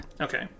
Okay